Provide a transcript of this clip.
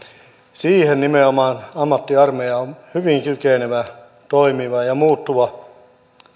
siihen nimenomaan ammattiarmeija on hyvin kykenevä toimiva ja muuttuva